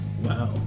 wow